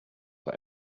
that